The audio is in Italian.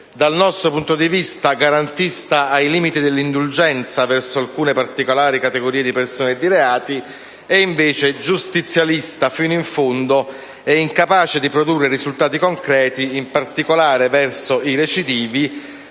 dal nostro punto di vista garantista ai limiti dell'indulgenza verso alcune particolari categorie di persone e di reati e invece giustizialista fino in fondo e incapace di produrre risultati concreti in particolare verso i recidivi,